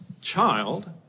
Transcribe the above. child